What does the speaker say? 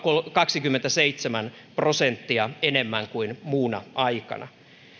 kaksikymmentäseitsemän prosenttia enemmän kuin muuna aikana